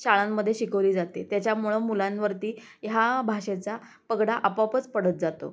शाळांमध्ये शिकवली जाते त्याच्यामुळं मुलांवरती ह्या भाषेचा पगडा आपोआपच पडत जातो